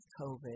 COVID